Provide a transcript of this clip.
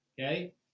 Okay